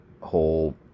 whole